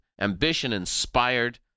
ambition-inspired